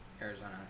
Arizona